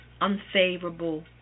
unfavorable